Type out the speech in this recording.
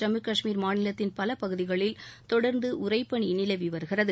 ஜம்மு காஷ்மீர் மாநிலத்தின் பல பகுதிகளில் தொடர்ந்து உறைபனி நிலவி வருகிறது